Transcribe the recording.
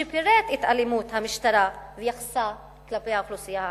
שפירט את אלימות המשטרה ויחסה כלפי האוכלוסייה הערבית.